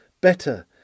better